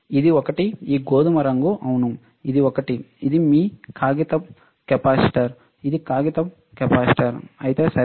ఇది ఒకటి ఈ గోధుమ రంగు అవును ఇది ఒకటి ఇది మీ కాగితం కెపాసిటర్ ఇది కాగితపు కెపాసిటర్ అయితే సరే